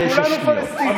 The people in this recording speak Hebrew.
תשע שניות.